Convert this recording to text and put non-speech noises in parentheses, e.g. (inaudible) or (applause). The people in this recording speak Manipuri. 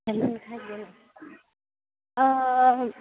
(unintelligible)